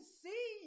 see